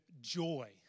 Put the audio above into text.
joy